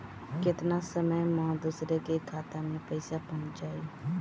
केतना समय मं दूसरे के खाता मे पईसा पहुंच जाई?